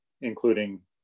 including